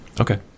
Okay